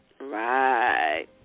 Right